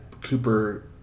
Cooper